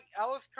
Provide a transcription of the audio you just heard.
Alice